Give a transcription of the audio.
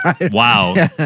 Wow